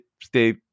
stay